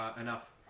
enough